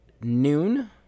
Noon